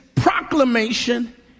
proclamation